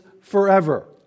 forever